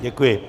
Děkuji.